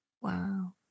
Wow